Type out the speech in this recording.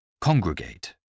Congregate